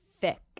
thick